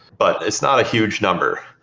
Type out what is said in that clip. but it's not a huge number.